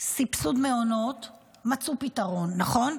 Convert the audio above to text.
לסבסוד מעונות מצאו פתרון, נכון?